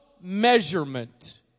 measurement